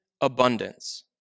Abundance